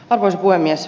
arvoisa puhemies